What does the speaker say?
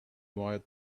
boy